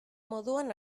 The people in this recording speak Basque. moduan